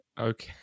Okay